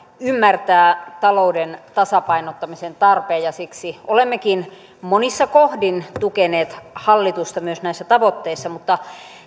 ymmärtää talouden tasapainottamisen tarpeen ja siksi olemmekin monissa kohdin tukeneet hallitusta myös näissä tavoitteissa mutta